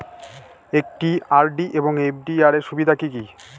একটি আর.ডি এবং এফ.ডি এর সুবিধা কি কি?